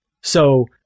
So-